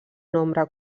nombre